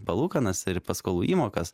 palūkanas ir paskolų įmokas